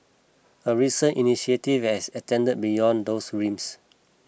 a recent initiative has extended beyond those realms